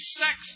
sex